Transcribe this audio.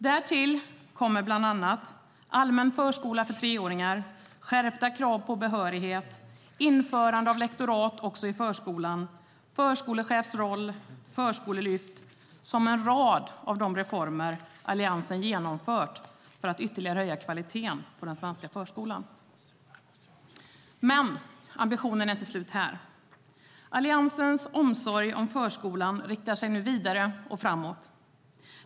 Därtill kommer bland annat allmän förskola för treåringar, skärpta krav på behörighet, införande av lektorat också i förskolan, förskolechefs roll och förskolelyft som en rad av de reformer Alliansen genomfört för att ytterligare höja kvaliteten på den svenska förskolan. Ambitionen är inte slut här. Alliansens omsorg om förskolan riktar sig nu vidare och framåt.